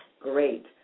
Great